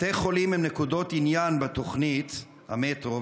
בתי חולים הם נקודות עניין בתוכנית המטרו,